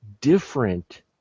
different